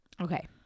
Okay